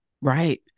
Right